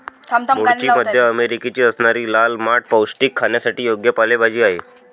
मूळची मध्य अमेरिकेची असणारी लाल माठ पौष्टिक, खाण्यासाठी योग्य पालेभाजी आहे